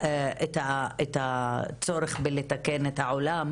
את הצורך בלתקן את העולם,